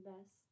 best